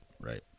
Right